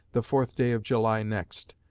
the fourth day of july next,